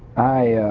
i